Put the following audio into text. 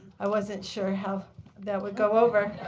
i wasn't sure how that would go over.